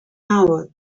hour